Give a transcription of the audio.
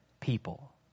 people